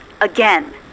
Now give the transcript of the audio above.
again